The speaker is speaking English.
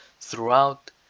throughout